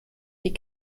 die